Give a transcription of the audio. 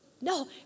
No